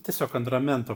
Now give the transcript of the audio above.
tiesiog ant ramento